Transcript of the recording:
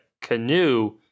canoe